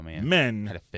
men